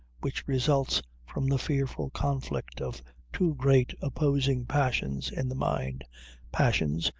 which results from the fearful conflict of two great opposing passions in the mind passions,